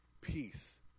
peace